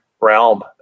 realm